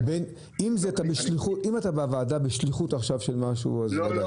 אם אתה בוועדה בשליחות עכשיו של משהו, אז ודאי.